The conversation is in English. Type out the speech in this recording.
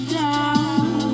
down